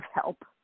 help